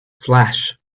flash